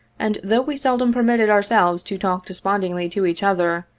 and though we seldom permitted ourselves to talk despondingly to each other,